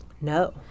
No